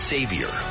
Savior